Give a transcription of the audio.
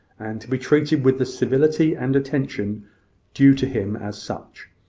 and to be treated with the civility and attention due to him as such.